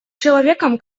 человеком